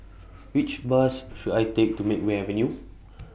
Which Bus should I Take to Makeway Avenue